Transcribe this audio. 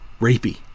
rapey